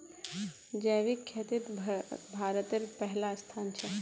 जैविक खेतित भारतेर पहला स्थान छे